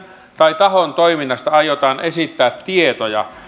tai tahon toiminnasta aiotaan esittää tietoja